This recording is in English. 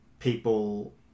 people